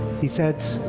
he said,